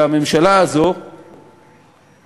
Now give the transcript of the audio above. שהממשלה הזו תתעשת,